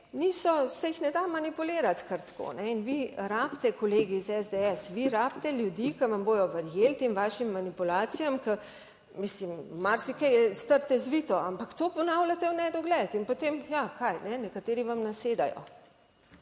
se jih ne da manipulirati kar tako. In vi rabite, kolegi iz SDS, vi rabite ljudi, ki vam bodo verjeli tem vašim manipulacijam, mislim, marsikaj ke iz trte zvito, ampak to ponavljate v nedogled in potem ja kaj, nekateri vam nasedajo.